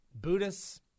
Buddhists